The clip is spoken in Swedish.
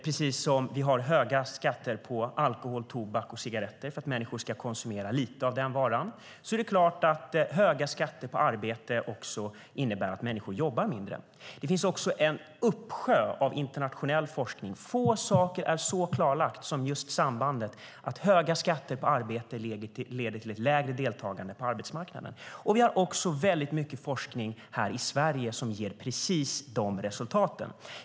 Precis som vi har höga skatter på alkohol, tobak och cigaretter för att människor ska konsumera lite av dessa varor är det klart att höga skatter på arbete också innebär att människor jobbar mindre. Det finns också en uppsjö internationell forskning. Få saker är så klarlagda som just sambandet mellan att höga skatter på arbete leder till ett lägre deltagande på arbetsmarknaden. Vi har också mycket forskning här i Sverige som ger precis dessa resultat.